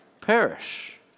perish